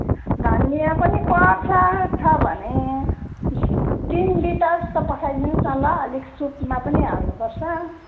धनिया पनि पर्छ छ भने तिन बिटाजस्तो पठाइ दिनुहोस् न ल अलिक सुपमा पनि हाल्नु पर्छ